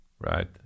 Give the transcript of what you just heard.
right